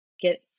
get